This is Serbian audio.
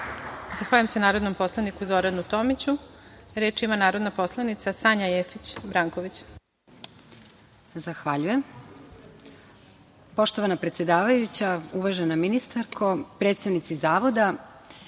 Zahvaljujem se narodnom poslaniku Zoranu Tomiću. Reč ima narodna poslanica Sanja Jefić Branković. Izvolite.